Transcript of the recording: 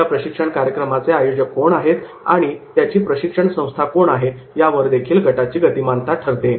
या प्रशिक्षण कार्यक्रमाचे आयोजक कोण आहेत किंवा त्याची प्रशिक्षण संस्था कोण आहे यावरदेखील गटाची गतिमानता ठरते